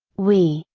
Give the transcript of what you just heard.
we,